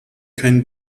kein